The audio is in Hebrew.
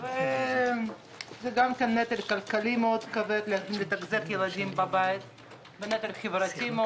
זה נטל כלכלי כבר לתחזק ילדים בבית וגם נטל חברתי.